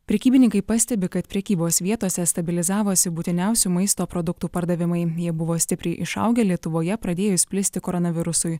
prekybininkai pastebi kad prekybos vietose stabilizavosi būtiniausių maisto produktų pardavimai jie buvo stipriai išaugę lietuvoje pradėjus plisti koronavirusui